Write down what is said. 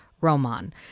Roman